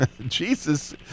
Jesus